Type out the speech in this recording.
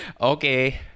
Okay